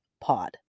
pod